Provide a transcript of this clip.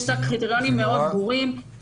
יש קריטריונים מאוד ברורים,